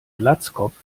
glatzkopf